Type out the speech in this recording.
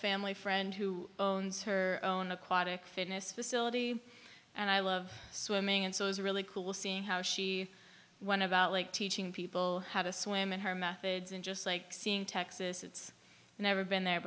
family friend who owns her own aquatic fitness facility and i love swimming and so it's really cool seeing how she went about like teaching people how to swim and her methods and just like seeing texas it's never been there